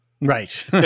Right